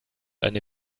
eine